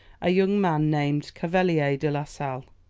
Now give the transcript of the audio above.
a young man named cavelier de la sale.